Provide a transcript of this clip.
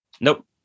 nope